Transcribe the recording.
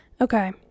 Okay